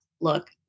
look